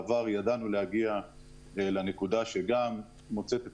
בעבר ידענו להגיע לנקודה שגם מוצאת את